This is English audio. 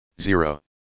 zero